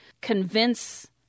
convince